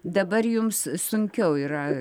dabar jums sunkiau yra